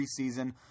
preseason